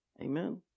Amen